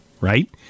right